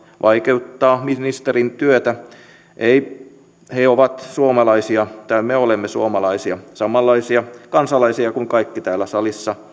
vaikeuttaa ministerin työtä ei he ovat tai me olemme suomalaisia samanlaisia kansalaisia kuin kaikki täällä salissa